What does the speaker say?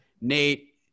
Nate